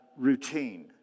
routine